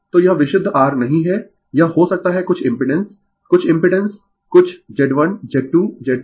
तो यह विशुद्ध R नहीं है यह हो सकता है कुछ इम्पिडेंस कुछ इम्पिडेंस कुछ Z1Z2Z3